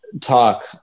talk